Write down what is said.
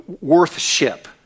worth-ship